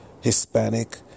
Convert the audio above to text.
Hispanic